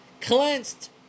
cleansed